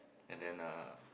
and then uh